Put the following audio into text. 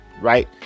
right